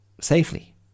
safely